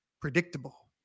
predictable